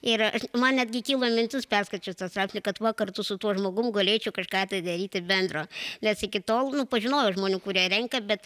ir man netgi kilo mintis perskaičius tą straipsnį kad va kartu su tuo žmogum galėčiau kažką daryti bendro nes iki tol pažinojau žmonių kurie renka bet